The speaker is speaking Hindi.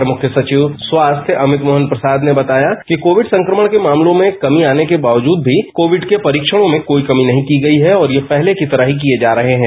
अपर मुख्य सचिव स्वास्थ्य अमित मोहन प्रसाद ने बताया कि कोविड संक्रमणंबबब के मामलों में कमी आने के बावजूद भी कोविड के परीक्षणों में कोई कमी नहीं की गई है और यह पहले की तरह ही किए जा रहे हैं